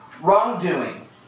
wrongdoing